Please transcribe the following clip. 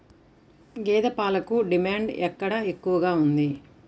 గేదె పాలకు డిమాండ్ ఎక్కడ ఎక్కువగా ఉంది?